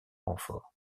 renfort